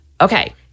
Okay